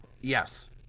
Yes